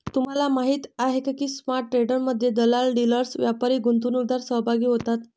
तुम्हाला माहीत आहे का की स्पॉट ट्रेडमध्ये दलाल, डीलर्स, व्यापारी, गुंतवणूकदार सहभागी होतात